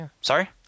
Sorry